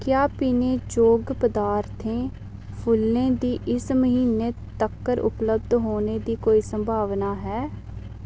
क्या पीने जोग पदार्थें फुल्लें दी इस म्हीनै तकर उपलब्ध होने दी कोई संभावना है